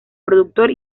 productor